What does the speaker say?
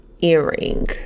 earring